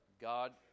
God